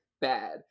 bad